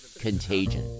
contagion